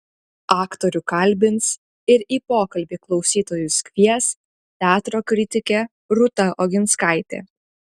aktorių kalbins ir į pokalbį klausytojus kvies teatro kritikė rūta oginskaitė